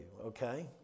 okay